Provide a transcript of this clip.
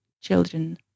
children